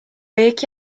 یکی